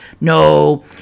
No